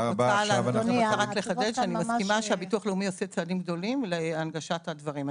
אני מסכימה שהביטוח הלאומי עושה צעדים גדולים להנגשת הדברים.